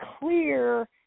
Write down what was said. clear